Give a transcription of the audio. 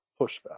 pushback